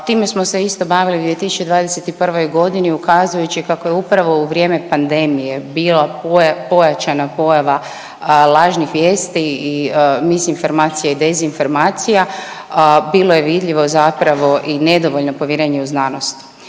Time smo se isto bavili u 2021. godini ukazujući kako je upravo u vrijeme pandemije bilo pojačana pojava lažnih vijesti i niz informacija i dezinformacija. Bilo je vidljivo zapravo i nedovoljno povjerenje u znanost.